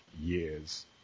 years